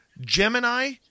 Gemini